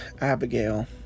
Abigail